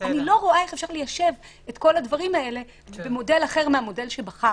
אני לא רואה איך אפשר ליישב את כל הדברים האלה במודל אחר מהמודל שבחרנו.